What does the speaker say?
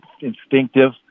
instinctive